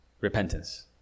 repentance